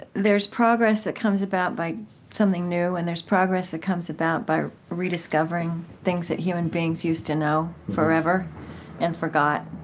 there's progress that comes about by something new and there's progress that comes about by rediscovering things that human beings used to know forever and forgot.